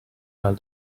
while